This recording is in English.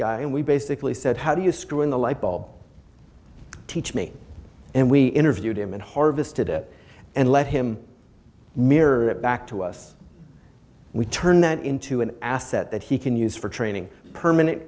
guy and we basically said how do you screw in the light bulb teach me and we interviewed him and harvested it and let him mirror it back to us we turn that into an asset that he can use for training permanent